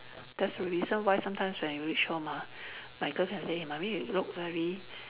there's a reason why sometimes when you reach home ah my girls can say mummy you look very